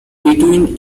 between